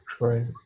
right